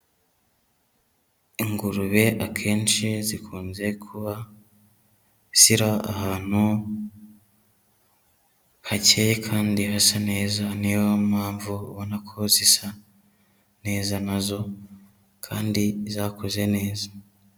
Ingurube akenshi zikunze kuba zira, ahantu, hakeye kandi hasa neza, ni yo mpamvu ubona ko zisa neza na zo, kandi zakuze neza.